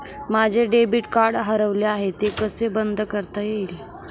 माझे debit card हरवले आहे ते कसे बंद करता येईल?